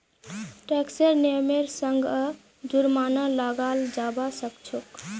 टैक्सेर नियमेर संगअ जुर्मानो लगाल जाबा सखछोक